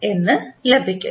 എന്ന് ലഭിക്കും